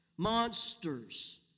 Monsters